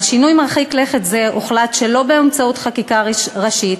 על שינוי מרחיק לכת זה הוחלט שלא באמצעות חקיקה ראשית,